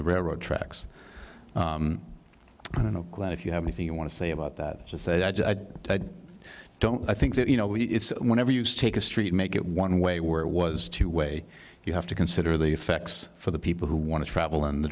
the railroad tracks i don't know if you have anything you want to say about that just say i don't i think that you know whenever used take a street make it one way where it was two way you have to consider the effects for the people who want to travel in the